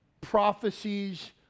prophecies